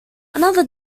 another